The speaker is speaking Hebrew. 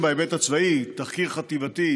בהיבט הצבאי התקיים תחקיר חטיבתי